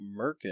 Merkin